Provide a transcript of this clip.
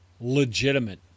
legitimate